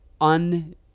un